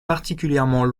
particulièrement